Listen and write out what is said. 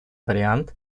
вариант